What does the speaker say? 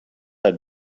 had